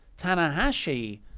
Tanahashi